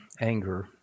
anger